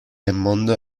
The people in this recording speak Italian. hammond